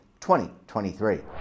2023